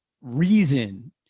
reason